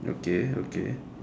okay okay